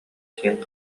син